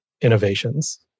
innovations